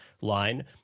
line